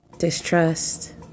distrust